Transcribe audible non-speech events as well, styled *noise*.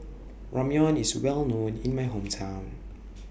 Ramyeon IS Well known in My Hometown *noise*